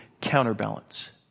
counterbalance